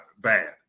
bad